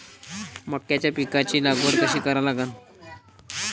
मक्याच्या पिकाची लागवड कशी करा लागन?